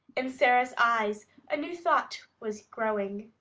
in sara's eyes a new thought was growing.